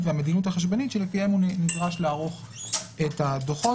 והמדיניות החשבונאית שלפיהן הוא נדרש לערוך את הדוחות.